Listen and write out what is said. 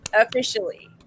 officially